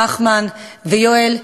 נחמן ויואל,